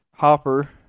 Hopper